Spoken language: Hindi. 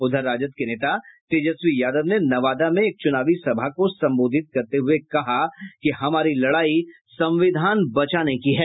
उधर राजद के नेता तेजस्वी यादव ने नवादा में एक चुनावी सभा को संबोधित करते हुये कहा कि हमारी लड़ाई संविधान बचाने की है